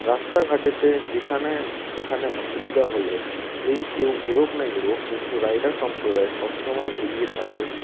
রাস্তাঘাটে যেখানে সেখানে অসুবিধা হলে এই কেউ এগোক না এগোক কিন্তু রাইডার সম্প্রদায় সব সময় এগিয়ে থাকে